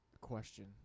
question